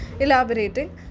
Elaborating